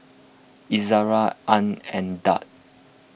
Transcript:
Izara Ain Daud